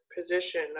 position